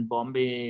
Bombay